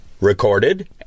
recorded